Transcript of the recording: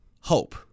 hope